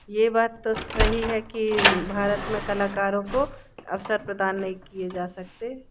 यह बात तो सही है कि भारत में कलाकारों को अवसर प्रदान नहीं किए जा सकते